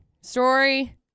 Story